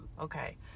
Okay